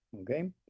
okay